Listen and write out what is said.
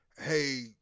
hey